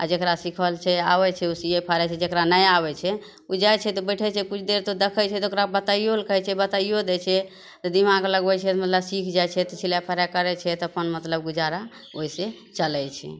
आओर जकरा सीखल छै आबै छै सीयै फाड़ै छै जकरा नहि आबय छै उ जाइ छै तऽ बैठै छै कुछ देर तऽ देक्खय छै ओकरा बताइयो लए कहय छियै बताइयो दै छै तऽ दिमाग लगबय छै मतलब सीख जाइ छै तऽ सिलाइ फराइ करय छै तऽ अपन मतलब गुजारा ओइसेँ चलय छै